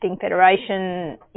federation